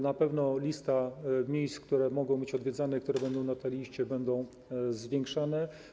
Na pewno liczba miejsc, które mogą być odwiedzane, które będą na tej liście, będzie zwiększana.